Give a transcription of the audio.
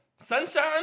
Sunshine